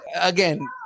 Again